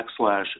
backslash